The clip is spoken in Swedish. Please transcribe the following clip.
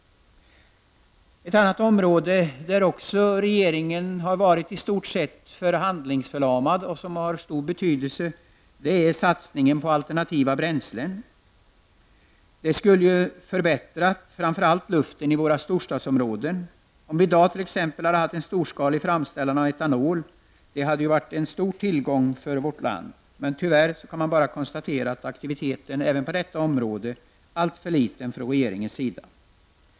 Ett annat område som har stor betydelse där regeringen i stort sett har varit handlingsförlamad gäller satsningen på alternativa bränslen. Det skulle framför allt förbättra luften i våra storstadsområden om vi i dag skulle ha en storskalig framställning av etanol. Det hade varit en stor tillgång för vårt land. Tyvärr kan man bara konstatera att aktiviteten även på detta område är alltför liten från regeringens sida.